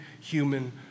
human